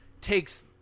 takes